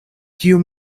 kiu